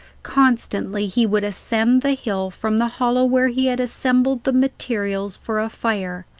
constantly he would ascend the hill from the hollow where he had assembled the materials for a fire,